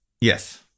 Yes